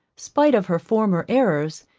spite of her former errors,